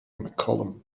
mccollum